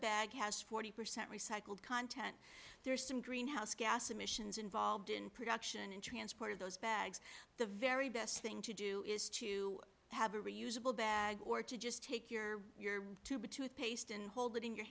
bag has forty percent recycled content there's some greenhouse gas emissions involved in production and transport of those bags the very best thing to do is to have a reusable bag or to just take your your too big to paste and hold it in your